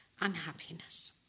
unhappiness